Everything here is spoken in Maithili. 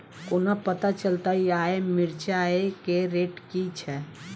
कोना पत्ता चलतै आय मिर्चाय केँ रेट की छै?